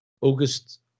August